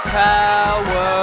power